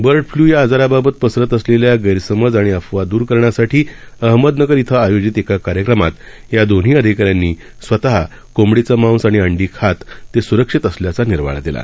बर्डफ्ल्यूयाआजाराबाबतपसरतअसलेल्यागैरसमजआणिअफवाद्रकरण्यासाठीअहमदनगरइथंआयोजितए काकार्यक्रमातयादोन्हीअधिकाऱ्यांनीस्वतःकोंबडीचंमांसआणिअंडीखात तेस्रक्षितअसल्याचानिर्वाळादिला